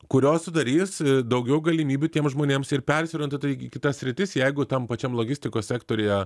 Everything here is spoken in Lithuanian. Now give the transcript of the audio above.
kurios sudarys daugiau galimybių tiems žmonėms ir persiorientuoti į kitas sritis jeigu tam pačiam logistikos sektoriuje